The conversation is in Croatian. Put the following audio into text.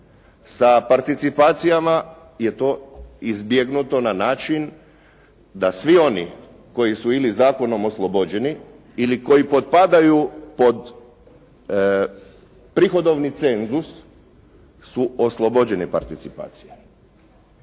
Sa participacijama je to izbjegnuto na način da svi oni koji su ili zakonom oslobođeni ili koji potpadaju pod prihodovni cenzus su oslobođeni participacije.